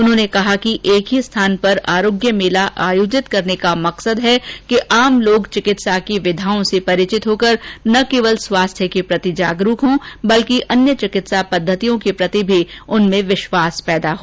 उन्होंने कहा कि एक ही स्थान पर आरोग्य मेला आयोजित करने का मकसद है कि आम लोग चिकित्सा की विधाओं से परिचित होकर न केवल स्वास्थ्य के प्रति जागरूक हो बल्कि अन्य चिकित्सा पद्धतियों के प्रति विश्वास भी उनमें पैदा हो